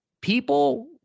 people